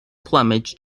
plumage